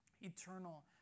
eternal